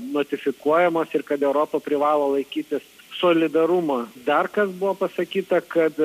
notifikuojamos ir kad europa privalo laikytis solidarumo dar kas buvo pasakyta kad